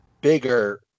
bigger